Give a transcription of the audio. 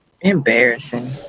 embarrassing